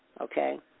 Okay